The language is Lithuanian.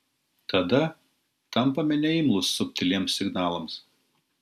tada tampame neimlūs subtiliems signalams